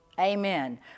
Amen